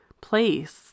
place